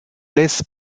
laisse